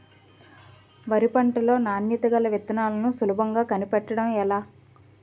వరి పంట లో నాణ్యత గల విత్తనాలను సులభంగా కనిపెట్టడం ఎలా?